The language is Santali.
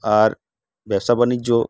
ᱟᱨ ᱵᱮᱵᱽᱥᱟ ᱵᱟᱱᱤᱡᱽᱡᱚ